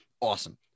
awesome